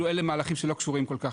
כאילו אלו מהלכים שלא קשורים כל כך,